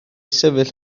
sefyll